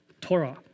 Torah